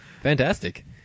fantastic